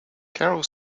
carol